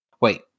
wait